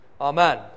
amen